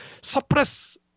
suppress